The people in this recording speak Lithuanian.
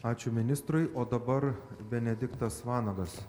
ačiū ministrui o dabar benediktas vanagas